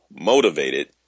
motivated